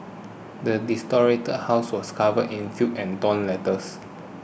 the desolated house was covered in filth and torn letters